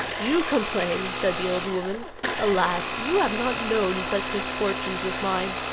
you complain, said the old woman alas! you have not known such misfortunes as mine.